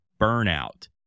burnout